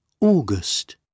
August